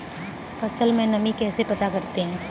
फसल में नमी कैसे पता करते हैं?